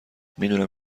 میدونم